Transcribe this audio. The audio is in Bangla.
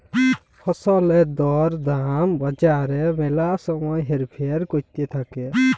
ফসলের দর দাম বাজারে ম্যালা সময় হেরফের ক্যরতে থাক্যে